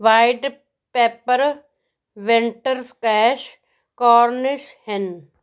white paper winter squash cornish hen